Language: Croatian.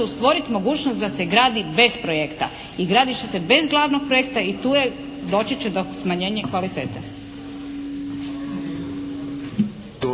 stvoriti mogućnost da se gradi bez projekta. I gradit će se bez glavnom projekta i tu je, doći će do smanjenja kvalitete.